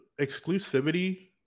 exclusivity